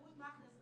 רות מכנס.